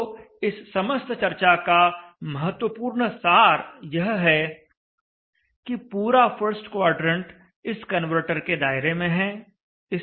तो इस समस्त चर्चा का महत्वपूर्ण सार यह है कि पूरा फर्स्ट क्वाड्रेंट इस कन्वर्टर के दायरे में है